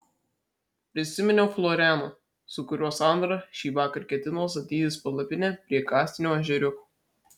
prisiminiau florianą su kuriuo sandra šįvakar ketino statytis palapinę prie kastinio ežeriuko